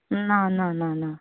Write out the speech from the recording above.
ना ना ना ना